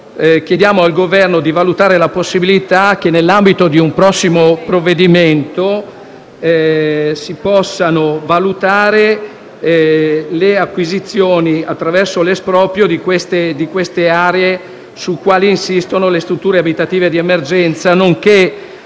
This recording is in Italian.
chiediamo al Governo di valutare la possibilità che, nell'ambito di un prossimo provvedimento, si possano stabilire le acquisizioni, attraverso l'esproprio, delle aree sulle quali insistono le strutture abitative di emergenza, nonché